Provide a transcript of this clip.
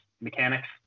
mechanics